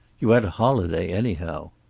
you had a holiday, anyhow.